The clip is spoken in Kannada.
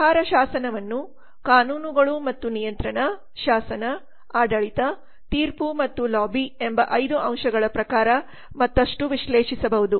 ವ್ಯವಹಾರ ಶಾಸನವನ್ನು ಕಾನೂನುಗಳು ಮತ್ತು ನಿಯಂತ್ರಣ ಶಾಸನ ಆಡಳಿತ ತೀರ್ಪು ಮತ್ತು ಲಾಬಿ ಎಂಬ 5 ಅಂಶಗಳ ಪ್ರಕಾರ ಮತ್ತಷ್ಟು ವಿಶ್ಲೇಷಿಸಬಹುದು